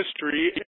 History